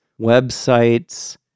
websites